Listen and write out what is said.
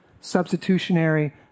substitutionary